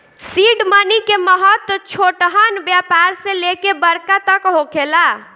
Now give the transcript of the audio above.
seed money के महत्व छोटहन व्यापार से लेके बड़का तक होखेला